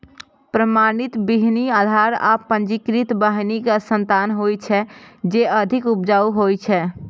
प्रमाणित बीहनि आधार आ पंजीकृत बीहनिक संतान होइ छै, जे अधिक उपजाऊ होइ छै